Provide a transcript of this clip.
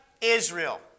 Israel